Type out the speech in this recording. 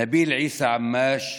נביל עיסא עמאש,